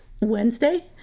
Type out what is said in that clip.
Wednesday